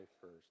first